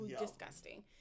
Disgusting